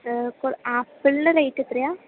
ആപ്പിൾന് rate എത്രയാ